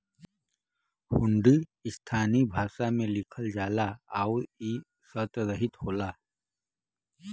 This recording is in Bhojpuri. हुंडी स्थानीय भाषा में लिखल जाला आउर इ शर्तरहित होला